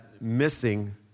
Missing